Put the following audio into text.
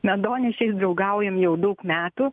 medonešiais draugaujam jau daug metų